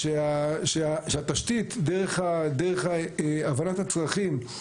שהתשתית דרך הבנת הצרכים,